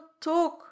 talk